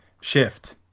shift